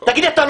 אתה לא